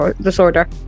disorder